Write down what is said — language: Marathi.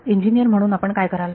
इंजिनीयर म्हणून आपण काय कराल